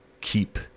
keep